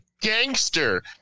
gangster